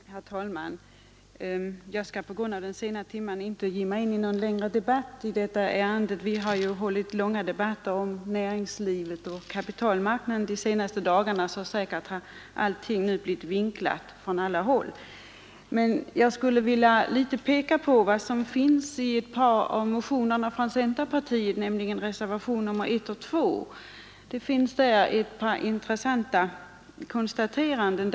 Herr talman! Jag skall på grund av den sena timmen inte ge mig in i någon debatt i detta ärende. Vi har ju hållit långa debatter om näringslivet och kapitalmarknaden de senaste dagarna, så allting har säkert blivit vinklat från alla håll. Jag skulle emellertid vilja peka på vad som står i reservationerna I och 2 från centern. Där finns ett par intressanta konstateranden.